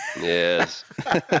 Yes